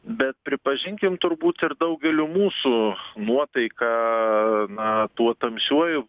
bet pripažinkim turbūt ir daugelių mūsų nuotaiką na tuo tamsiuoju